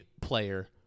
player